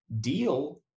deal